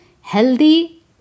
healthy